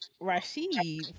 Rashid